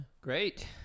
Great